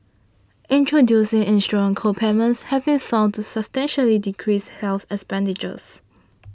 introducing insurance co payments have been found to substantially decrease health expenditures